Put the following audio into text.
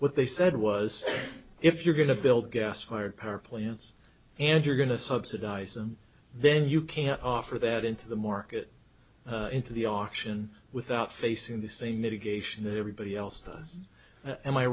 what they said was if you're going to build gas fired power plants and you're going to subsidize them then you can't offer that into the market into the auction without facing the same mitigation that everybody